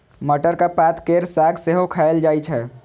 मटरक पात केर साग सेहो खाएल जाइ छै